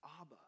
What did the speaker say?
Abba